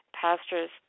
Pastors